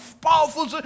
powerful